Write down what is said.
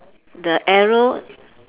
the arrow